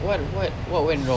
what what what went wrong